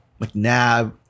McNabb